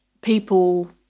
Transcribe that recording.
people